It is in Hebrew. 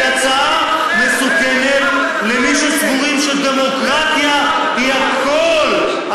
היא הצעה מסוכנת למי שסבורים שדמוקרטיה היא הכול,